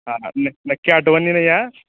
हां हां न नक्की आठवणीनं या